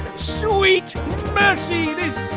sweet mercy, this